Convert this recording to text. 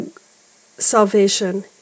salvation